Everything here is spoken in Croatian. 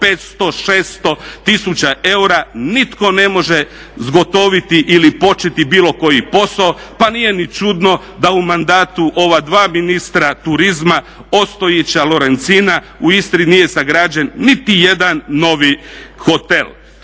500, 600 tisuća eura nitko ne može zgotoviti ili početi bilo koji posao. Pa nije ni čudno da u mandatu ova dva ministra turizma Ostojića i Lorencina u Istri nije sagrađen niti jedan novi hotel.